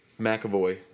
McAvoy